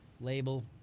label